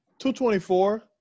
224